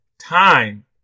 time